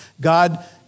God